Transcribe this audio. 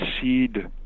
seed